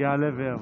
יעלה ויבוא.